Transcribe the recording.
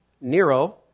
Nero